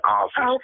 office